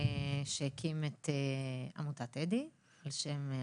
מי שהקים את עמותת אדי, על שם אחיך.